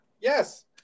yes